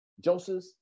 Joseph